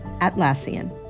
Atlassian